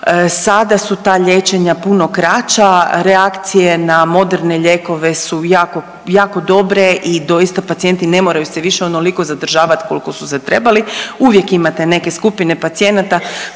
Sada su ta liječenja puno kraća, reakcije na moderne lijekove su jako, jako dobre i doista pacijenti ne moraju se više onoliko zadržavati koliko su se trebali. Uvijek imate neke skupine pacijenata